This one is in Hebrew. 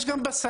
יש גם בסל.